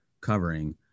covering